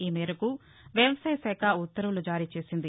ఈ మేరకు వ్యవసాయ శాఖ ఉత్తర్వులు జారీ చేసింది